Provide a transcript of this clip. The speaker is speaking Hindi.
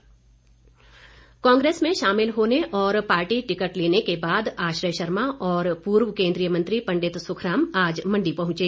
आश्रय शर्मा कांग्रेस में शामिल होने और पार्टी टिकट लेने के बाद आश्रय शर्मा और पूर्व केन्द्रीय मंत्री पंडित सुखराम आज मंडी पहुंचे